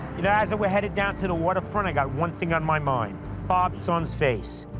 you know as we're headed down to the waterfront, i got one thing on my mind bob's son's face.